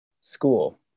school